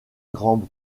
grand